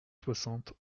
soixante